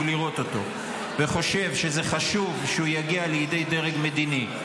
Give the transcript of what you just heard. לראות אותו וחושב שזה חשוב שהוא יגיע לידי דרג מדיני,